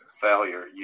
failure